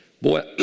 boy